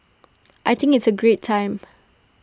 I think it's A great time